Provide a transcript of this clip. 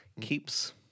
Keeps